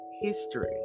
history